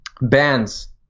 bands